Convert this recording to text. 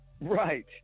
Right